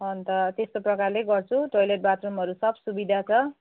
अन्त त्यस्तो प्रकारले गर्छु टोइलेट बाथरुमहरू सब सुविधा छ